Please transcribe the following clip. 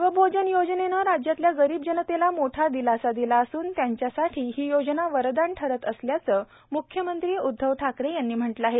शिवभोजन योजनेनं राज्यातल्या गरीब जनतेला मोठा दिलासा दिला असून त्यांच्यासाठी ही योजना वरदान ठरत असल्याचं मुख्यमंत्री उदधव ठाकरे यांनी म्हटलं आहे